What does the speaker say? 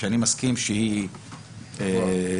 שאני מסכים שהיא גבוהה,